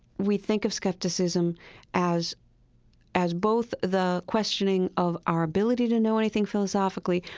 we think of skepticism as as both the questioning of our ability to know anything philosophically,